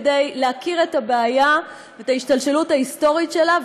כדי להכיר את הבעיה ואת ההשתלשלות ההיסטורית שלה,